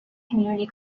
community